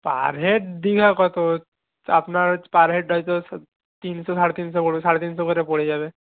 পার head Digha কতো আপনার per head হয়তো তিনশো সাড়ে তিনশো পড়বে সাড়ে তিনশো করে পড়ে যাবে